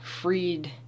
freed